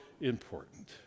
important